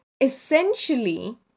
essentially